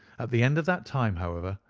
at the end of that time, however,